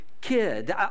kid